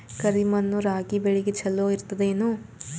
ಕರಿ ಮಣ್ಣು ರಾಗಿ ಬೇಳಿಗ ಚಲೋ ಇರ್ತದ ಏನು?